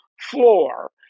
floor